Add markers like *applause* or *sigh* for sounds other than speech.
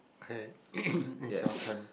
okay *coughs* it's your turn